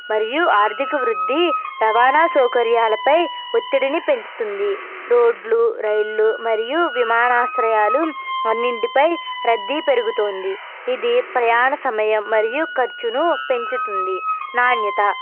మరియు ఆర్థిక వృద్ధి రవాణా సౌకర్యాలపై ఒత్తిడిని పెంచుతుంది రోడ్లు రైళ్ళు మరియు విమానాశ్రయాలు అన్నింటిపై రద్దీ పెరుగుతుంది ఇది ప్రయాణ సమయం మరియు ఖర్చును పెంచుతుంది నాణ్యత